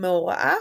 מהוראה